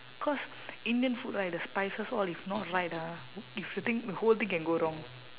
cause indian food right the spices all if not right ah if the thing the whole thing can go wrong